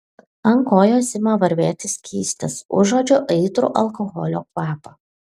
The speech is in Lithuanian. ant kojos ima varvėti skystis užuodžiu aitrų alkoholio kvapą